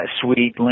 Sweet